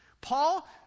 Paul